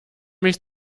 mich